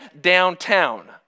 downtown